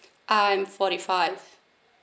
I am forty-five